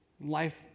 Life